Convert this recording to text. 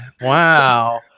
wow